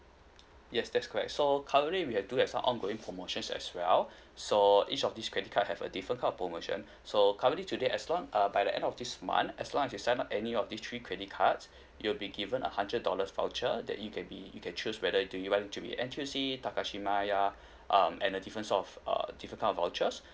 yes that's correct so currently we have do some ongoing promotions as well so each of these credit card have a different kind of promotion so currently today as long uh by the end of this month as long as you sign up any of these three credit cards you will be given a hundred dollars voucher that you can be you can choose whether do you want to be N_T_U_C Takashimaya um and a difference sort of uh different kind of vouchers